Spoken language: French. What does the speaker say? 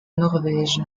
norvège